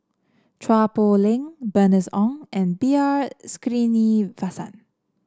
Chua Poh Leng Bernice Ong and B R Sreenivasan